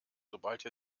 sobald